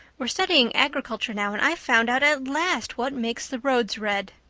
we're studying agriculture now and i've found out at last what makes the roads red.